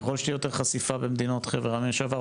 ככל שתהיה יותר חשיפה במדינות חבר העמים לשעבר,